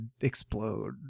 explode